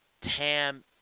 Tam